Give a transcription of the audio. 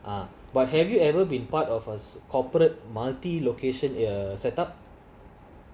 uh but have you ever been part of a corporate multi location err set up